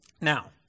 Now